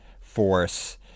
force